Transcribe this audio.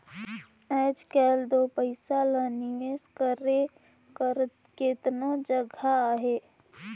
आएज काएल दो पइसा ल निवेस करे कर केतनो जगहा अहे